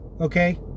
Okay